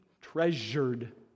treasured